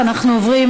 אנחנו עוברים